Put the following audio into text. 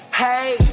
hey